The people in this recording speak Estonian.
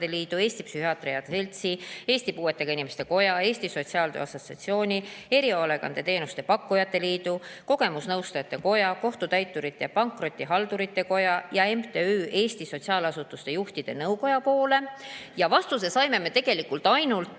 Eesti Psühhiaatrite Seltsi, Eesti Puuetega Inimeste Koja, Eesti Sotsiaaltöö Assotsiatsiooni, Erihoolekandeteenuste Pakkujate Liidu, Kogemusnõustajate Koja, Kohtutäiturite ja Pankrotihaldurite Koja ja MTÜ Eesti Sotsiaalasutuste Juhtide Nõukoja poole. Vastuse saime me ainult